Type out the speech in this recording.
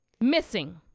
Missing